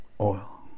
Oil